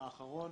האחרון,